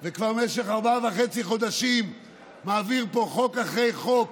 וכבר במשך ארבעה וחצי חודשים מעביר פה חוק אחרי חוק,